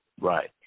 Right